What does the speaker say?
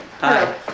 hi